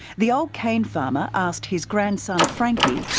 the old cane farmer asked his grandson frankie,